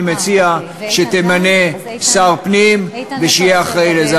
אני מציע שתמנה שר פנים והוא יהיה אחראי לזה.